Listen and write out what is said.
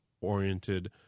oriented